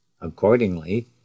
Accordingly